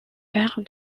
père